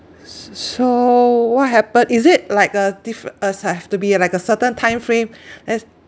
s~ so what happen is it like a diffe~ us have to be like a certain timeframe that's